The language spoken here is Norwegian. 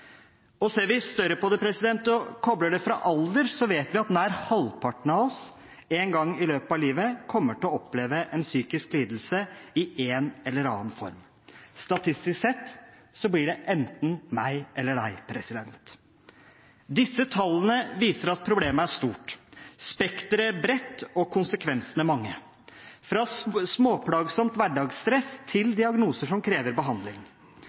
Ser vi større på det og kobler det fra alder, vet vi at nær halvparten av oss en gang i løpet av livet kommer til å oppleve en psykisk lidelse i en eller annen form. Statistisk sett blir det enten meg eller deg. Disse tallene viser at problemet er stort, spekteret bredt og konsekvensene mange – fra småplager som hverdagsstress til diagnoser som krever behandling.